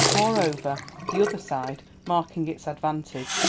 moreover the other side, marking its advantage,